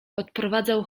odprowadzał